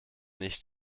nicht